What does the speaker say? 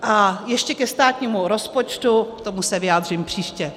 A ještě ke státnímu rozpočtu k tomu se vyjádřím příště.